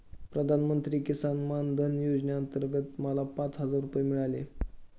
प्रधानमंत्री किसान मान धन योजनेअंतर्गत मला पाच हजार रुपये मिळाले